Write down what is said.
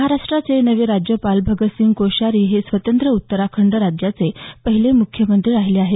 महाराष्ट्राचे नवे राज्यपाल भगतसिंग कोश्यारी हे स्वतंत्र उत्तराखंड राज्याचे पहिले मुख्यमंत्री राहिले आहेत